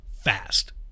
fast